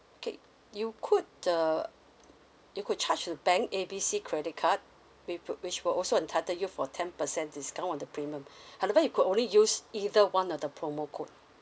okay you could uh you could charge to the bank A B C credit card we put which will also entitle you for ten percent discount on the premium however you could only use either one of the promo code